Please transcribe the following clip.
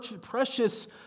precious